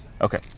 Okay